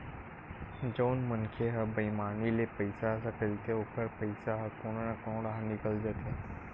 जउन मनखे ह बईमानी ले पइसा सकलथे ओखर पइसा ह कोनो न कोनो डाहर निकल जाथे